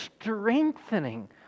strengthening